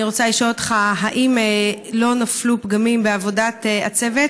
אני רוצה לשאול אותך: האם לא נפלו פגמים בעבודת הצוות?